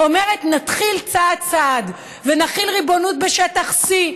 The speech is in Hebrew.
אומרת: נתחיל צעד-צעד ונחיל ריבונות בשטח C,